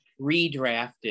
redrafted